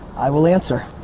i will answer.